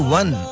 one